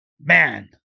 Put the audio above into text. Man